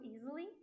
easily